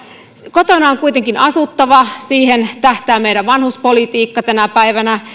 kotona on kuitenkin asuttava siihen tähtää meidän vanhuspolitiikka tänä päivänä